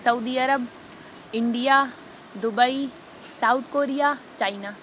سعودی عرب India Dubai South Korea China